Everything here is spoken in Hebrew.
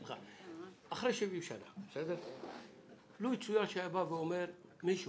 אחרי 70 שנה, לו יצויר שהיה בא מישהו